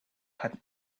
had